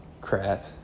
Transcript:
crap